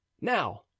now